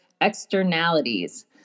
externalities